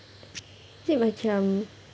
is it macam